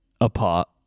apart